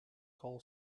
call